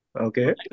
Okay